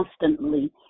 constantly